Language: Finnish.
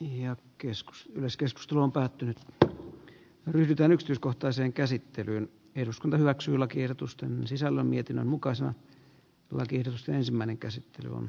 ja keskus myös keskustelu on päättynyt mutta mitään yksityiskohtaiseen käsittelyyn eduskunta hyväksyi lakiehdotusta sisällä mietinnön mukaisena ole tiedossa ensimmäinen etenemme myönteisesti